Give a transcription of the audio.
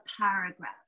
paragraph